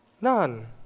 None